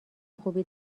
خوبی